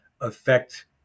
affect